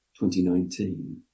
2019